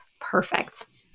perfect